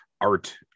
art